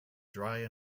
dry